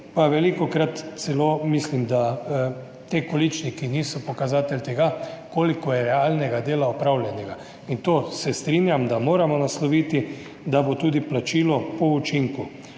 pa velikokrat celo mislim, da ti količniki niso pokazatelj tega, koliko je opravljenega realnega dela. To se strinjam, da moramo nasloviti, da bo tudi plačilo po učinku.